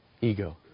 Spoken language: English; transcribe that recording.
Ego